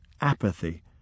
apathy